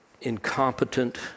incompetent